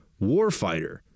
warfighter